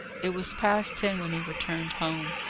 it was past ten when he returned home.